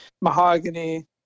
mahogany